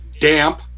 Damp